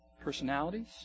personalities